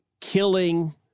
killing